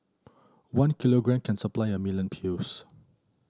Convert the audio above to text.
one kilogram can supply a million pills